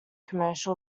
commercial